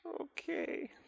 Okay